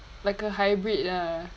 like a hybrid ya